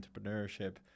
entrepreneurship